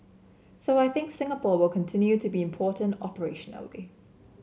so I think Singapore will continue to be important operationally